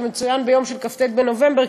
לציין זאת ביום כ"ט בנובמבר,